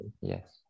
Yes